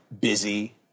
busy